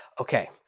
okay